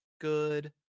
good